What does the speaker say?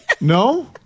No